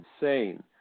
insane